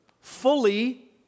fully